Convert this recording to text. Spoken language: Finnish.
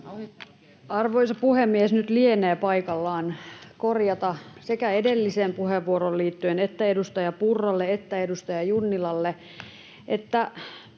Arvoisa puhemies! Nyt lienee paikallaan korjata sekä edelliseen puheenvuoroon liittyen että edustaja Purralle että edustaja Junnilalle, että